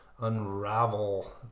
unravel